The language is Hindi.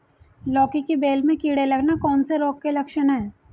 लौकी की बेल में कीड़े लगना कौन से रोग के लक्षण हैं?